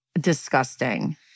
Disgusting